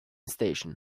station